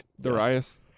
Darius